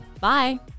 Bye